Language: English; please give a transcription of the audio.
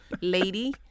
lady